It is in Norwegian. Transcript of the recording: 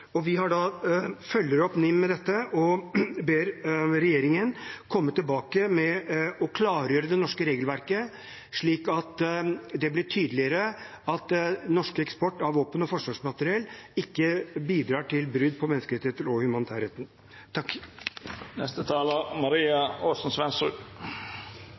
følger opp NIM i dette og ber regjeringen komme tilbake og klargjøre det norske regelverket, slik at det blir tydeligere at norsk eksport av våpen og forsvarsmateriell ikke bidrar til brudd på menneskerettighetene og humanitærretten.